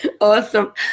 Awesome